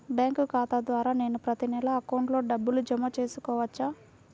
Bank ఖాతా ద్వారా నేను ప్రతి నెల అకౌంట్లో డబ్బులు జమ చేసుకోవచ్చా?